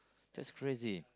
that's crazy